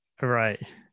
right